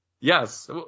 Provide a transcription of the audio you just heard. Yes